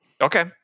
Okay